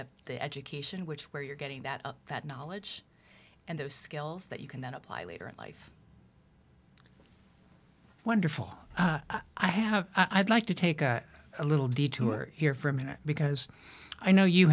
that the education which where you're getting that that knowledge and those skills that you can then apply later in life wonderful i have i would like to take a little detour here for a minute because i know you